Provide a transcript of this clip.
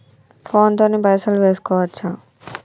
Phone తోని పైసలు వేసుకోవచ్చా?